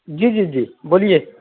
جی جی جی بولیے